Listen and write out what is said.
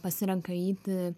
pasirenka eiti